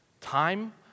Time